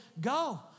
go